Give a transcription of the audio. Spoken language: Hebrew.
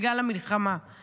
בגלל המלחמה;